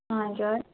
हजुर